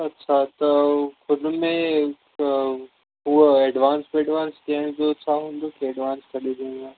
अच्छा त हू हुनमें हूअ एडवांस ॿेडवांस ॾियण जो छा हूंदो के एडवांस कॾहिं ॾियणो आहे